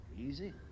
Easy